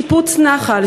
שיפוץ נחל,